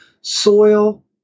Soil